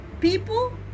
people